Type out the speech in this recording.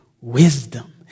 wisdom